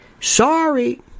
Sorry